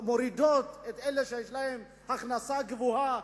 שמורידות את אלה שיש להם הכנסה גבוהה,